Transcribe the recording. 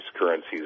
currencies